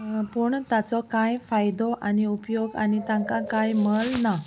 पूण ताचो कांय फायदो आनी उपयोग आनी तांकां कांय मल ना